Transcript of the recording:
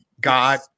God